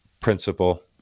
principle